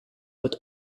but